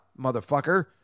motherfucker